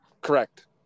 Correct